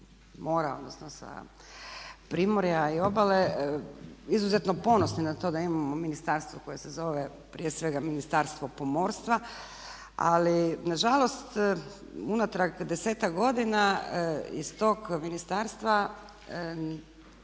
odnosno sa primorja i obale izuzetno ponosni na to da imamo ministarstvo koje se zove prije svega Ministarstvo pomorstva. Ali nažalost unatrag 10-ak godina iz tog ministarstva nismo